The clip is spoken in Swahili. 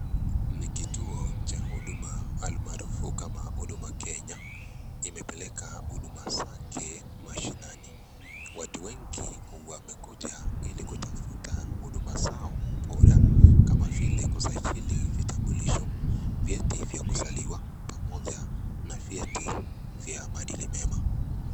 Ni kituoa cha huduma almaarufu kama Huduma Kenya, imepeleka huduma zake mashinani. Watu wengi wamekuja ili kutafuta huduma zao bora kama vile: kusajili vitambulisho, vyeti vya kuzaliwa pamoja na vyeti vya maadili mema.